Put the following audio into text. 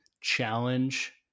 challenge